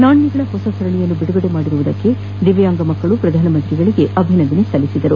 ನಾಣ್ಯಗಳ ಹೊಸ ಸರಣಿಯನ್ನು ಬಿಡುಗಡೆ ಮಾಡಿರುವುದಕ್ಕೆ ದಿವ್ಯಾಂಗ ಮಕ್ಕಳು ಪ್ರಧಾನ ಮಂತ್ರಿಗೆ ಅಭಿನಂದನೆ ಸಲ್ಲಿಸಿದರು